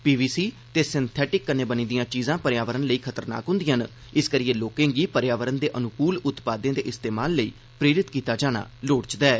पी V C ते synthetic कन्नै बनी दिआं चीजां पर्यावरण लेई खतरनाक हुंदिआं न इसकरियै लोकें गी पर्यावरण दे अनुकूल उत्पादें दे इस्तेमाल लेई प्रेरित कीता जाना लोड़चदा ऐ